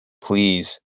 Please